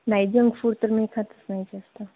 नाही junk food तर मी खातच नाही जास्त